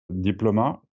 diploma